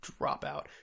Dropout